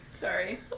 sorry